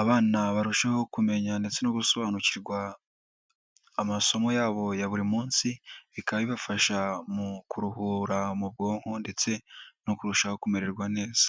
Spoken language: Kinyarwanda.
abana barusheho kumenya ndetse no gusobanukirwa amasomo yabo ya buri munsi, bikaba bibafasha mu kuruhura mu bwonko ndetse no kurushaho kumererwa neza.